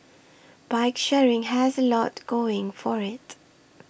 bike sharing has a lot going for it